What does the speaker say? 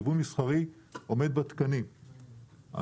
יבוא מסחרי עומד בתקנים,